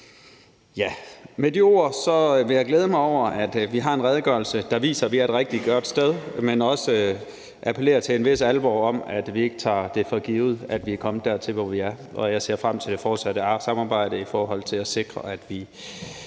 Med de ord vil jeg glæde mig over, at vi har en redegørelse, der viser, at vi er et rigtig godt sted, men også appellere til en vis alvor om, at vi ikke tager det for givet, at vi er kommet dertil, hvor vi er. Jeg ser frem til at sikre, at vi får lavet et samfund,